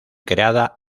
creada